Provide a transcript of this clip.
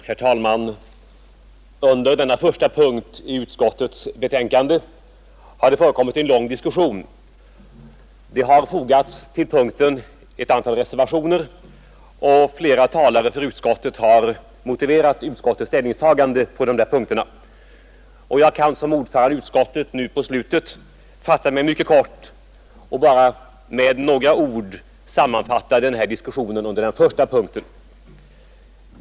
Herr talman! Under denna första punkt i utskottets betänkande har det förekommit en lång diskussion. Till punkten har det fogats ett antal reservationer, och flera talare för utskottet har motiverat dess ställningstagande i de sammanhangen. Jag kan som ordförande i utskottet nu på slutet fatta mig mycket kort och bara med några ord sammanfatta den här diskussionen under den första punkten.